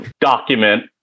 document